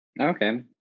Okay